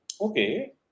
Okay